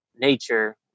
nature